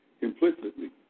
implicitly